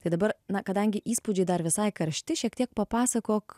tai dabar na kadangi įspūdžiai dar visai karšti šiek tiek papasakok